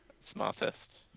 smartest